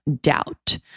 doubt